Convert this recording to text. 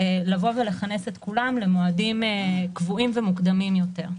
לכנס את כולם למועדים קבועים ומוקדמים יותר.